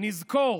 נזכור